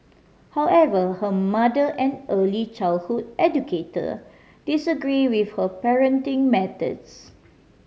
however her mother an early childhood educator disagreed with her parenting methods